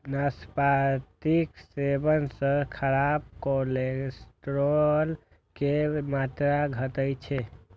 नाशपातीक सेवन सं खराब कोलेस्ट्रॉल के मात्रा घटै छै